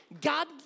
God